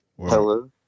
Hello